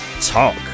talk